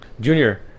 Junior